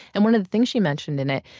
and one of the things she mentioned in it,